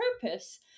purpose